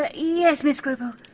but yes, miss scruple.